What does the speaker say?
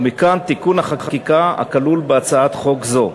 ומכאן תיקון החקיקה הכלול בהצעת חוק זו.